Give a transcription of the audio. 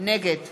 נגד